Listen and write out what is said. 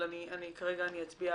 אבל כרגע אני אצביע